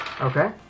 Okay